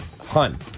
Hun